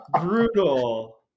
brutal